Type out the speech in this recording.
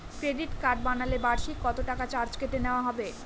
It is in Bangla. ক্রেডিট কার্ড বানালে বার্ষিক কত টাকা চার্জ কেটে নেওয়া হবে?